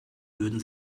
würden